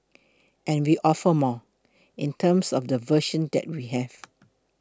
and we offer more in terms of the version that we have